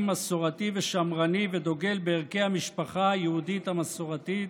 מסורתי ושמרני ודוגל בערכי המשפחה היהודית המסורתית.